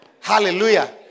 Hallelujah